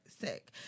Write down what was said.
Sick